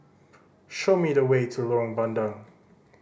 show me the way to Lorong Bandang